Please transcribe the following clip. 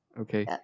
Okay